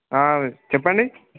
చెప్పండి